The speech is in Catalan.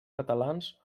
catalans